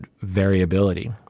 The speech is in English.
variability